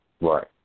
Right